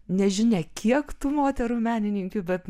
nežinia kiek tų moterų menininkių bet